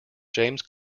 james